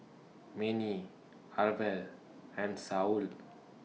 Manie Arvel and Saul